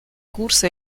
курса